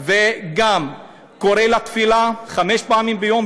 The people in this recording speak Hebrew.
וגם קורא לתפילה חמש פעמים ביום,